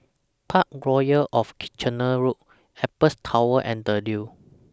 Parkroyal of Kitchener Road Apex Tower and The Leo